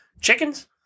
Chickens